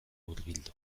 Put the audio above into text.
hurbildu